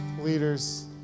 leaders